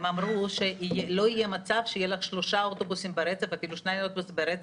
הם אמרו שלא יהיה מצב שיהיו לך שלושה אוטובוסים ברצף לא נגישים.